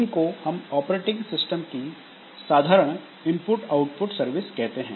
इनको हम operating system की साधारण इनपुट आउटपुट सर्विस कहते हैं